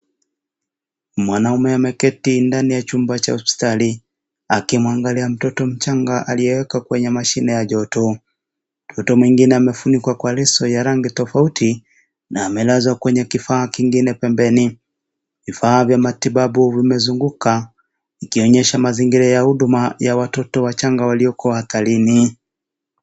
Mwanamme ameketi ndani ya chumba cha hospitali, akimwangalia mtoto mchanga aliyewekwa kwenye mashine ya joto. Mtoto mwingine amefunikwa kwa leso ya rangi ya samawati, na amelazwa kwenye kifaa kingine pembeni. Vifaa vya matibabu vimezunguka, ikionyesha mazingira ya huduma ya watoto wachanga walioko hatarini.